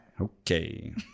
Okay